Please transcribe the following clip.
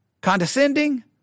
condescending